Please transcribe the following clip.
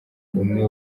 umwe